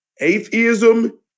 Atheism